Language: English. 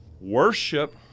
Worship